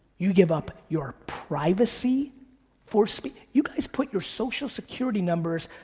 you give up your privacy for speed, you guys put your social security numbers,